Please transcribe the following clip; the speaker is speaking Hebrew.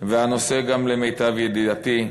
והנושא גם, למיטב ידיעתי,